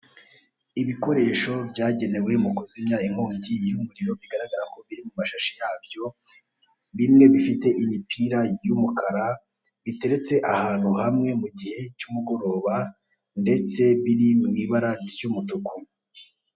Ibikoresho byagenewe mu kuzimya inkongi y'umuriro bigaragara ko biri mu ishashi yabyo, bimwe bifite imipira y'umukara biteretse ahantu hamwe mu gihe cy'umugoroba ndetse biri mu ibara ry'umutuku.